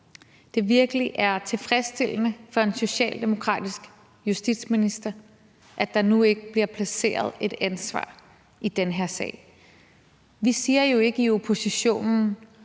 det virkelig er tilfredsstillende for en socialdemokratisk justitsminister, at der nu ikke bliver placeret et ansvar i den her sag. Vi siger jo ikke i oppositionen